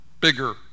bigger